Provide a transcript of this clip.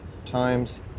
times